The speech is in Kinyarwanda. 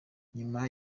nyuma